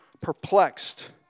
perplexed